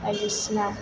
बायदिसिना